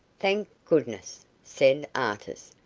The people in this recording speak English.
thank goodness! said artis,